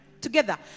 Together